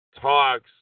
talks